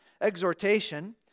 exhortation